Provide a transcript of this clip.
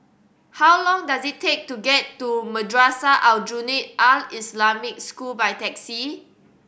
how long does it take to get to Madrasah Aljunied Al Islamic School by taxi